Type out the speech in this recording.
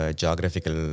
geographical